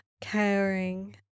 caring